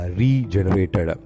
regenerated